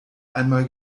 einmal